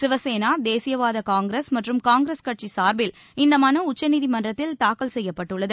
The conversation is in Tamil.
சிவசேனா தேசியவாத காங்கிரஸ் மற்றும் காங்கிரஸ் கட்சி சார்பில் இந்த மனு உச்சநீதிமன்றத்தில் தாக்கல் செய்யப்பட்டுள்ளது